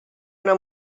una